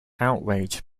outraged